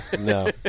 no